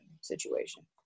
situation